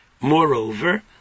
Moreover